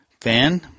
fan –